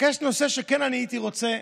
אבל יש נושא שכן הייתי רוצה,